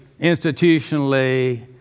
institutionally